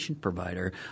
provider